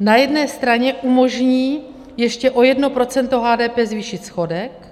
Na jedné straně umožní ještě o jedno procento HDP zvýšit schodek,